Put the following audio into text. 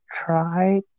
try